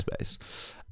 space